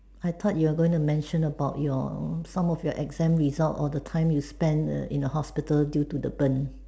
I thought you are going to mention about your some of your exam result or the time you spent in the hospital due to the burns